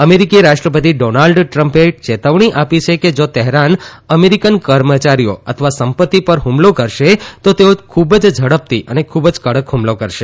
અમેરિકી રાષ્ટ્રપતિ ડોનાલ્ડ ટ્રમ્પે ચેતવણી આપી છે કે જો તેહરાન અમેરિકન કર્મચારીઓ અથવા સંપત્તિ પર હ્મલો કરશે તો તેઓ ખૂબ જ ઝડપથી અને ખૂબ જ કડક હ્મલો કરશે